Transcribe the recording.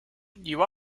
you